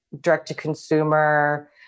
direct-to-consumer